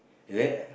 is it